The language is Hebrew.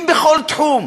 בכל תחום.